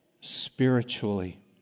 spiritually